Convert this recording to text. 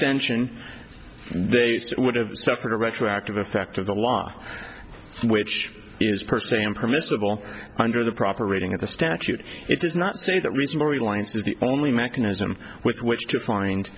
extension they would have suffered a retroactive effect of the law which is per se and permissible under the proper rating of the statute it does not say that reasonably lines is the only mechanism with which to find